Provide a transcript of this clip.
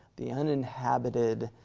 the uninhabited,